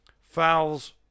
Fouls